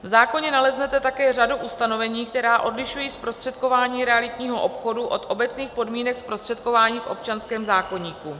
V zákoně naleznete také řadu ustanovení, která odlišují zprostředkování realitního obchodu od obecných podmínek zprostředkování v občanském zákoníku.